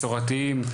מסורתיים,